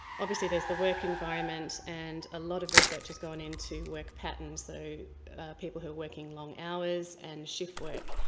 obviously there's the work environment, and a lot of research has gone into work patterns, so people who are working long hours and shift work.